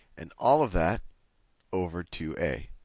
and all of that over two a.